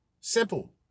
Simple